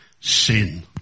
Sin